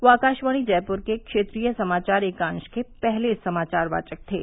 वे आकाशवाणी जयपुर के क्षेत्रीय समाचार एकांश के पहले समाचार वाचक थे